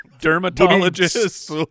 Dermatologist